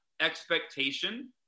expectation